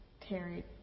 Terry